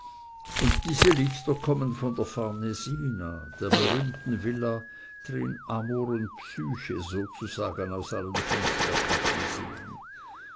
und diese lichter kommen von der farnesina der berühmten villa drin amor und psyche sozusagen aus allen fensterkappen sehen